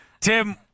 Tim